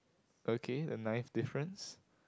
okay a nice difference